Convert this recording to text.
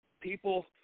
people